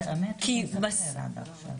את האמת הוא מסחרר עד עכשיו.